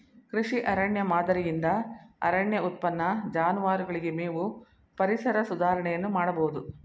ಕೃಷಿ ಅರಣ್ಯ ಮಾದರಿಯಿಂದ ಅರಣ್ಯ ಉತ್ಪನ್ನ, ಜಾನುವಾರುಗಳಿಗೆ ಮೇವು, ಪರಿಸರ ಸುಧಾರಣೆಯನ್ನು ಮಾಡಬೋದು